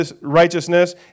righteousness